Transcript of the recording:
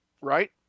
right